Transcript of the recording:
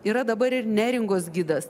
yra dabar ir neringos gidas